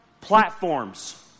platforms